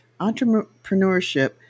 Entrepreneurship